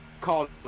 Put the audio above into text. called